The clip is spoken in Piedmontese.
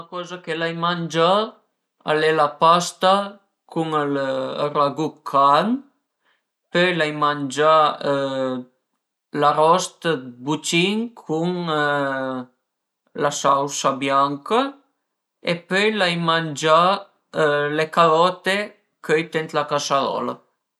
L'ültima coza chë l'ai mangià al e la pasta cun ël ragù dë carn, pöi l'ai mangià l'arost dë bucin cun la sausa bianca e pöi l'ai mangià le carote cöite ën la casarola